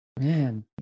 Man